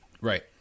Right